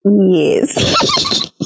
Yes